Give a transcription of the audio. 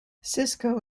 sisko